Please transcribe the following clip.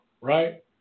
right